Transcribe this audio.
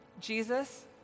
Jesus